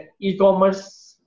e-commerce